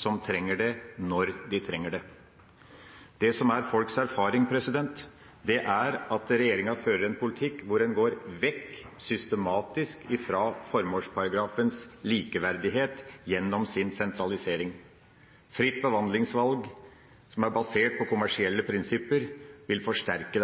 som trenger det, når de trenger det. Det som er folks erfaring, er at regjeringa fører en politikk hvor de systematisk går vekk ifra formålsparagrafens likeverdighet, gjennom sin sentralisering. Fritt behandlingsvalg, som er basert på kommersielle prinsipper, vil forsterke